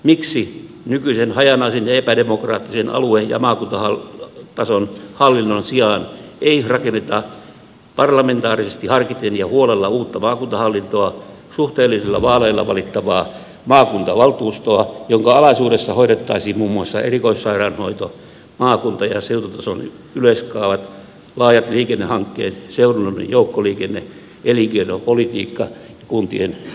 miksi nykyisen hajanaisen ja epädemokraattisen alue ja maakuntatason hallinnon sijaan ei rakenneta parlamentaarisesti harkiten ja huolella uutta maakuntahallintoa suhteellisilla vaaleilla valittavaa maakuntavaltuustoa jonka alaisuudessa hoidettaisiin muun muassa erikoissairaanhoito maakunta ja seututason yleiskaavat laajat liikennehankkeet seudullinen joukkoliikenne elinkeinopolitiikka kuntien yhteistyö